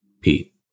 Pete